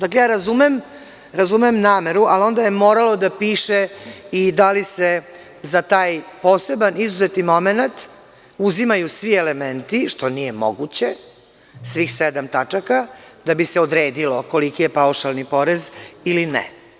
Dakle, razumem nameru, ali onda je moralo da piše i da li se za taj poseban izuzeti momenat uzimaju svi elementi, što nije moguće, svih sedam tačaka, da bi se odredilo koliki je paušalni porez, ili ne.